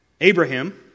Abraham